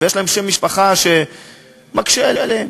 ויש להם שם משפחה שמקשה עליהם,